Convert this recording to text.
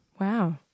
Wow